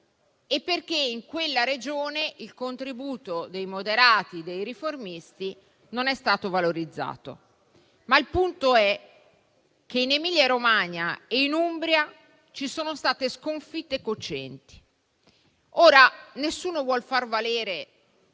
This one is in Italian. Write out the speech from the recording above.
e perché in quella Regione il contributo dei moderati e dei riformisti non è stato valorizzato. Il punto è che in Emilia-Romagna e in Umbria ci sono state sconfitte cocenti. Nessuno vuol far valere